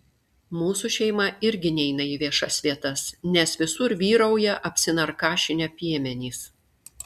mūsų šeima irgi neina į viešas vietas nes visur vyrauja apsinarkašinę piemenys